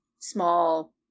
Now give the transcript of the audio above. small